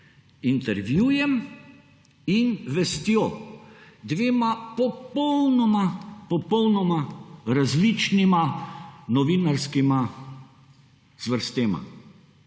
intervjujem in vestjo dvema popolnoma različnima novinarskima zvrstema